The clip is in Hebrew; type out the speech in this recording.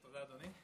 תודה, אדוני.